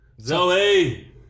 Zoe